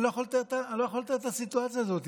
אני לא יכול לתאר את הסיטואציה הזאת.